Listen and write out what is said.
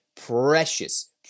precious